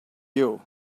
you